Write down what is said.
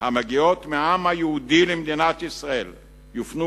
המגיעות מהעם היהודי למדינת ישראל יופנו